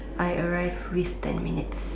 I arrived with ten minutes